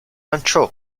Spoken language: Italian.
lanciò